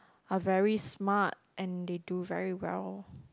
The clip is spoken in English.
are very smart and they do very well